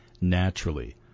naturally